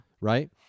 Right